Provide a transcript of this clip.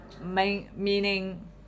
meaning